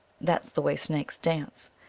that s the way snakes dance.